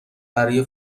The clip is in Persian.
برای